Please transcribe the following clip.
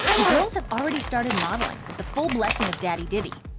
the girls have already started modelling, with the full blessing of daddy diddy.